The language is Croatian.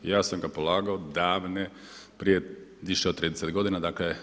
I ja sam ga polagao davne, prije više od 30 godina, dakle